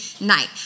night